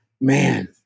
man